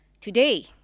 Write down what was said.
Today